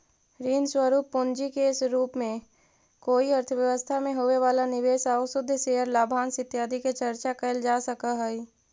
ऋण स्वरूप पूंजी के रूप में कोई अर्थव्यवस्था में होवे वाला निवेश आउ शुद्ध शेयर लाभांश इत्यादि के चर्चा कैल जा सकऽ हई